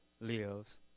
lives